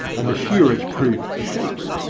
and the shearers prove sheep,